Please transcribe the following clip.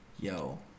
Yo